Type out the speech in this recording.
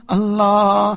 Allah